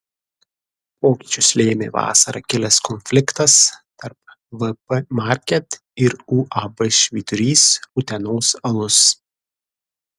pokyčius lėmė vasarą kilęs konfliktas tarp vp market ir uab švyturys utenos alus